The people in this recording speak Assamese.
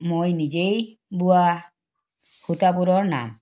মই নিজেই বোৱা সূতাবোৰৰ নাম